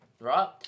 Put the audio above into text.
right